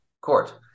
court